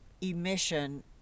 emission